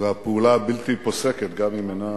והפעולה הבלתי פוסקת, גם אם אינה